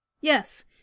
Yes